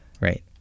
right